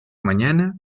mañana